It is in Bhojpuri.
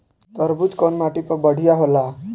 तरबूज कउन माटी पर बढ़ीया होला?